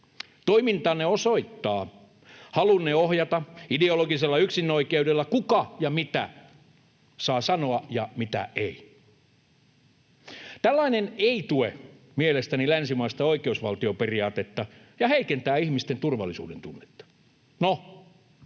Toimintanne osoittaa halunne ohjata ideologisella yksinoikeudella, kuka ja mitä saa sanoa ja mitä ei. Tällainen ei tue mielestäni länsimaista oikeusvaltioperiaatetta ja heikentää ihmisten turvallisuudentunnetta. No,